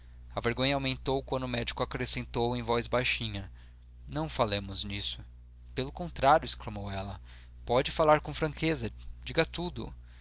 a vergonha aumentou quando o médico acrescentou em voz baixinha não falemos nisso pelo contrário exclamou ela pode falar com franqueza diga tudo